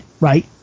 right